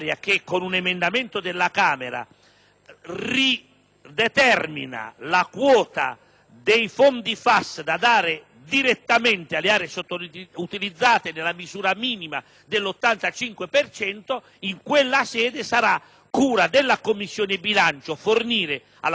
della Camera, ridetermina la quota dei fondi FAS da dare direttamente alle aree sottoutilizzate nella misura minima dell'85 per cento. In quella sede sarà cura della Commissione bilancio fornire alla Commissione, prima, e all'Aula, poi,